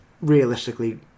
realistically